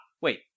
Wait